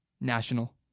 national